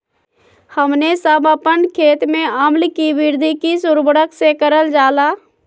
हमने सब अपन खेत में अम्ल कि वृद्धि किस उर्वरक से करलजाला?